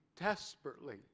desperately